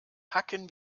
packen